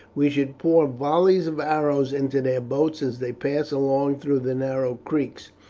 we should pour volleys of arrows into their boats as they pass along through the narrow creeks,